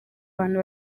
abantu